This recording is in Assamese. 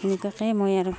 সেনেকুৱাকৈয়ে মই আৰু